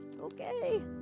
okay